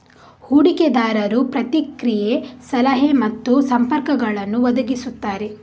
ಹೂಡಿಕೆದಾರರು ಪ್ರತಿಕ್ರಿಯೆ, ಸಲಹೆ ಮತ್ತು ಸಂಪರ್ಕಗಳನ್ನು ಒದಗಿಸುತ್ತಾರೆ